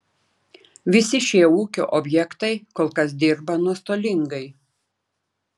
visi šie ūkio objektai kol kas dirba nuostolingai